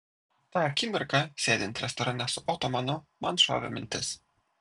tą akimirką sėdint restorane su otomanu man šovė mintis